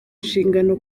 nshingano